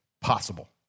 possible